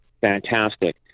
fantastic